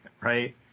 Right